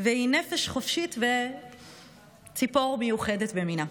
והיא נפש חופשית וציפור מיוחדת במינה.